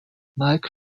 mike